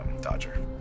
Dodger